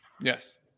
Yes